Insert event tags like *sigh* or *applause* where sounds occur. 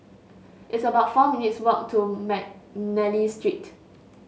it's about four minutes' walk to *unintelligible* McNally Street